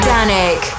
Danik